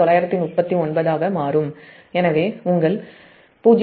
939 ஆக மாறும் எனவே உங்கள் 0